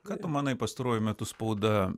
ką tu manai pastaruoju metu spauda